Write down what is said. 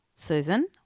Susan